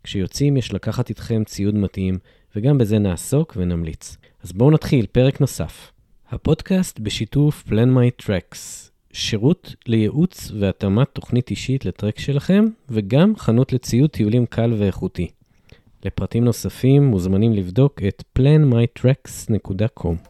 כשיוצאים, יש לקחת איתכם ציוד מתאים, וגם בזה נעסוק ונמליץ. אז בואו נתחיל, פרק נוסף. הפודקאסט בשיתוף Plan My Tracks, שירות לייעוץ והתאמת תוכנית אישית לטרק שלכם, וגם חנות לציוד טיולים קל ואיכותי. לפרטים נוספים, מוזמנים לבדוק את planmyTracks.com.